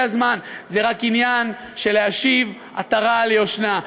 הזמן" זה רק עניין של להשיב עטרה ליושנה,